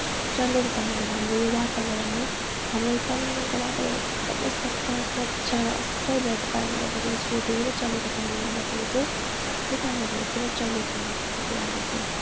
चलेको कारणले गर्दा हाम्रो यो वातावरण है हाम्रो यो कालिम्पोङको वातावरण एकदमै सफा स्वच्छ र असल भएको कारणले गर्दाखेरि चाहिँ यो धेरै चलेको कारणले गर्दाखेरि चाहिँ त्यो कारणले गर्दा एकदमै चलेको हो त्यो कुराहरू चाहिँ